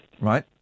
Right